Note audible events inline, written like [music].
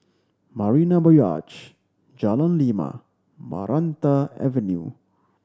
Marina [unintelligible] Jalan Lima Maranta Avenue